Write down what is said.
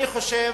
אני חושב